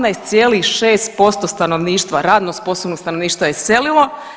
17,6% stanovništva, radno sposobnog stanovništva je iselilo.